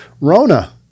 Rona